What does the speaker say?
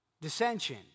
dissension